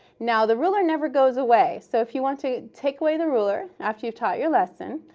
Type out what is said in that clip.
now the ruler never goes away, so if you want to take away the ruler after you've taught your lesson,